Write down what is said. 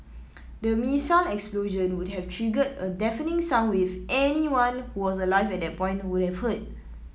the missile explosion would have triggered a deafening sound wave anyone who was alive at that point would have heard